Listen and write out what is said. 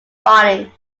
bonding